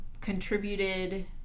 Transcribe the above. contributed